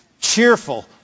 Cheerful